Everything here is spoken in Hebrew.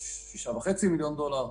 6.5 מיליון דולר.